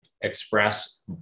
express